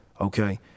Okay